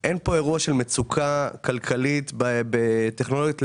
אני רוצה לומר שאין פה אירוע של מצוקה כלכלית בטכנולוגיית "להבים",